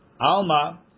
Alma